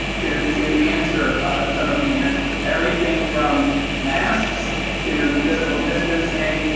to to answer some of the answers. everything from masks to physical distancing,